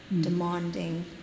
demanding